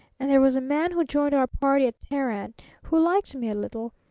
and there was a man who joined our party at teheran who liked me a little.